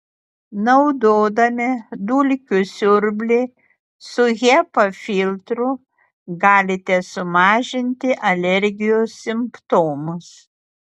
naudodami dulkių siurblį su hepa filtru galite sumažinti alergijos simptomus